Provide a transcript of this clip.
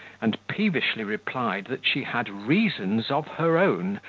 and peevishly replied, that she had reasons of her own,